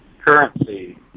currency